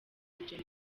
martin